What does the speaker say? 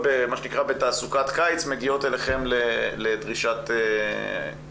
מה שנקרא בתעסוקת קיץ ומגיעות אליכם לדרישת אבטלה.